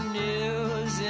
news